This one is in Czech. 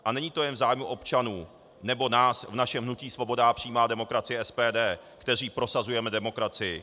A není to jen v zájmu občanů nebo nás v našem hnutí Svoboda a přímá demokracie, SPD, kteří prosazujeme demokracii.